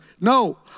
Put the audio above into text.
No